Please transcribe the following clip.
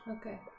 Okay